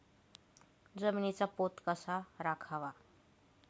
जमिनीचा पोत कसा राखावा?